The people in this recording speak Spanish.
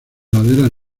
laderas